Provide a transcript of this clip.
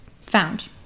found